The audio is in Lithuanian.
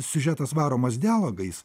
siužetas varomas dialogais